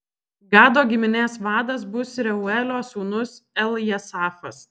gado giminės vadas bus reuelio sūnus eljasafas